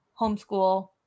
homeschool